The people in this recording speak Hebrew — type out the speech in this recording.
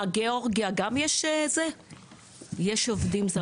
גיאורגיה גם יש עובדים זרים?